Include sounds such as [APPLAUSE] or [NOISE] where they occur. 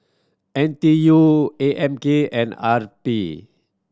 N T U A M K and R [UNINTELLIGIBLE]